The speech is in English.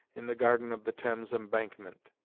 in the garden of the thames embankment.